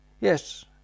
Yes